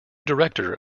director